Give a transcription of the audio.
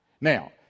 Now